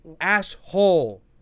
asshole